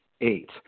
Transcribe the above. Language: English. eight